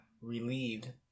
relieved